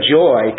joy